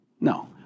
No